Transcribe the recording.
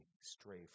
stray